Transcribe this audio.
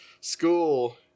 school